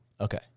Okay